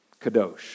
kadosh